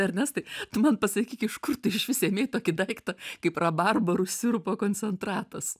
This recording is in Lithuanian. ernestai tu man pasakyk iš kur tu išvis ėmei tokį daiktą kaip rabarbarų sirupo koncentratas